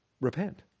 repent